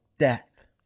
Death